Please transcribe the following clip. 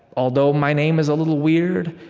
although my name is a little weird,